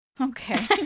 Okay